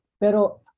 pero